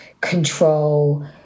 control